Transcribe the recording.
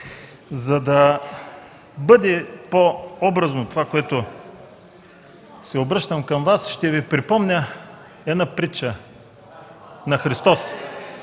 За да бъде по-образно това, с което се обръщам към Вас, ще Ви припомня притча на Христос,